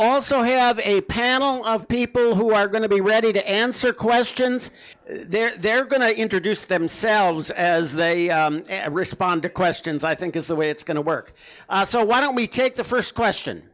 also have a panel of people who are going to be ready to answer questions they're going to introduce themselves as they respond to questions i think is the way it's going to work so why don't we take the first question